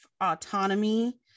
autonomy